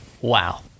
wow